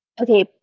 Okay